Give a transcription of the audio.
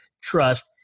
trust